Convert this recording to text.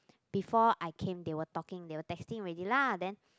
before I came they were talking they were texting already lah then